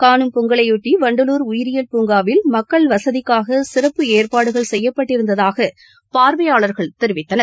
காணும் பொங்கலையொட்டி வண்டலூர் உயிரியல் பூங்காவில் மக்கள் வசதிக்காக சிறப்பு ஏற்பாடுகள் செய்யப்பட்டிருந்ததாக பார்வையாளர்கள் தெரிவித்தனர்